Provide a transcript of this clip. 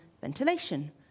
ventilation